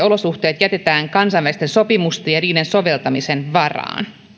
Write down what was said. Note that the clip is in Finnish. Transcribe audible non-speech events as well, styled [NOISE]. [UNINTELLIGIBLE] olosuhteet jätetään kansainvälisten sopimusten ja niiden soveltamisen varaan